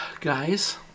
guys